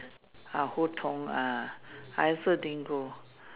ah who Tong ah I also didn't go